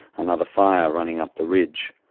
another fire running up the ridge.